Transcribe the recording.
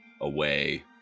away